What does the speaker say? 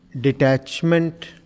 detachment